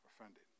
offended